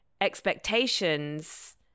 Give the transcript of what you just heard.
expectations